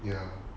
ya